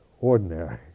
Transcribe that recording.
ordinary